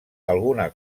alguna